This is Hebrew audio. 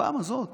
הפעם הזאת